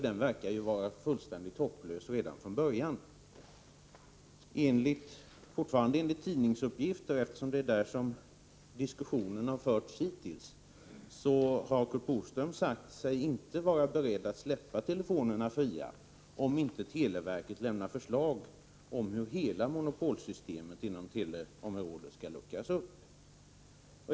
Den verkar fullständigt hopplös redan från början. Fortfarande enligt tidningsuppgifter— eftersom det är i tidningarna diskussionen förts hittills — har Curt Boström : sagt sig inte vara beredd att släppa telefonerna fria om inte televerket lämnar förslag om hur hela monopolsystemet inom teleområdet skall luckras upp.